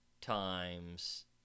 times